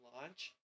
launch